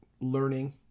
learning